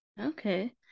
Okay